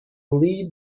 lead